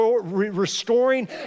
restoring